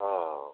ହଁ